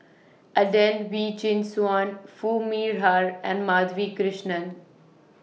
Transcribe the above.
Adelene Wee Chin Suan Foo Mee Har and Madhavi Krishnan